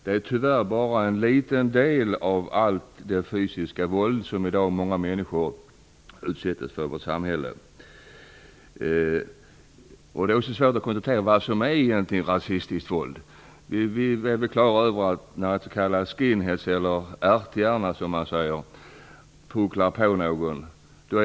Det är tyvärr bara en liten del av allt det fysiska våld som många människor i dag utsätts för i vårt samhälle. Det är också svårt att konstatera vad som egentligen är rasistiskt våld. Vi är klara över att det är rasistiskt våld när en s.k. skinhead eller ärthjärna, som man säger, pucklar på någon.